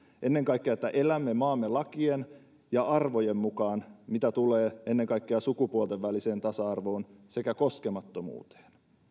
ennen kaikkea että elämme maamme lakien ja arvojen mukaan mitä tulee ennen kaikkea sukupuolten väliseen tasa arvoon sekä koskemattomuuteen